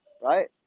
Right